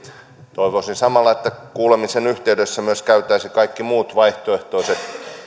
toivoisin samalla että kuulemisen yhteydessä myös käytäisiin läpi kaikki muut vaihtoehtoiset